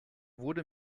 wurde